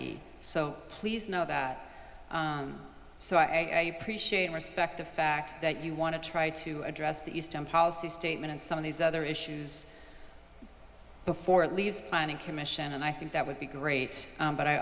so please know that so i appreciate and respect the fact that you want to try to address the east policy statement and some of these other issues before it leaves planning commission and i think that would be great but i